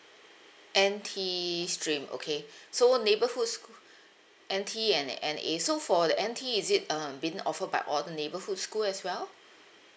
N_T stream okay so neighbourhood schoo~ N_T and N_A so for the N_T is it um being offered by all the neighborhood school as well